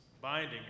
binding